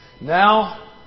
Now